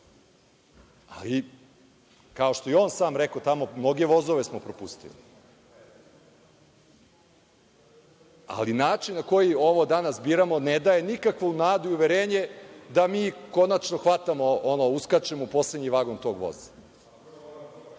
ali kao što je i on sam rekao tamo, mnoge vozove smo propustili. Način na koji ovo danas biramo ne daje nikakvu nadu i uverenje da mi konačno hvatamo, ono, uskačemo u poslednji vagon tog voza.